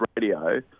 radio